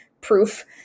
proof